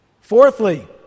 Fourthly